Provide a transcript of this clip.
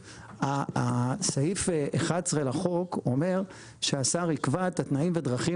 סעיף 11 לחוק אומר שהשר יקבע את הדרכים